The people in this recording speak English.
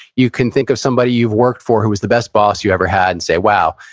you can think of somebody you've worked for, who was the best boss you ever had. and say, wow,